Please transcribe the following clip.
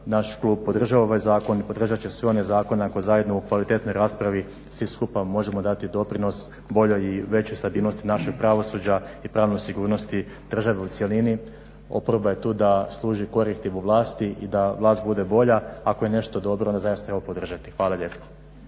Naš klub podržava ovaj zakon i podržat će sve one zakone ako zajedno u kvalitetnoj raspravi svi skupa možemo dati doprinos boljoj i većoj stabilnosti našeg pravosuđa i pravnoj sigurnosti države u cjelini. Oporba je tu da služi korektivu vlasti i da vlast bude bolja. Ako je nešto dobro onda zaista treba podržati. Hvala lijepo.